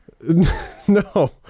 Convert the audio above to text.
no